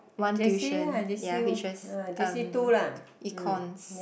one tuition ya which was um econs